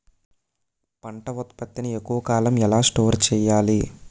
పంట ఉత్పత్తి ని ఎక్కువ కాలం ఎలా స్టోర్ చేయాలి?